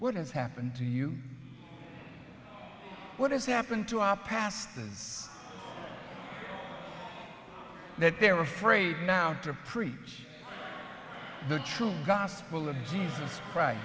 what has happened to you what has happened to our pastor is that they're afraid now to preach the true gospel of jesus christ